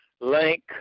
link